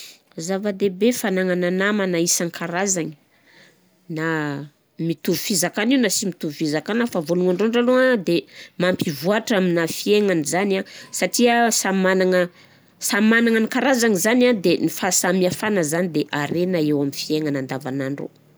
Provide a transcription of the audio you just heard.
Zava-dehibe fanagnana namagna isan-karazagny na mitovy fizakagn'io na sy mitovy fizakagna, vôlohany ndrindra alôha de ampivoatra amina fiaignany zany satria samy managna samy managny ny karazany zany a de ny fahasamihafana zany de harena eo amin'ny fiainagna andavanandro.